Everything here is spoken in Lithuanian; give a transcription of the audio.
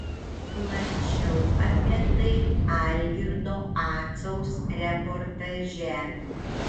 plačiau apie tai algirdo acaus reportaže